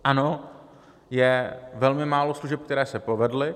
Ano, je velmi málo služeb, které se povedly.